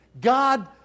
God